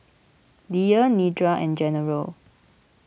Leah Nedra and General